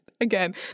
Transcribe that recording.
again